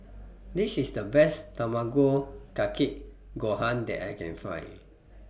This IS The Best Tamago Kake Gohan that I Can Find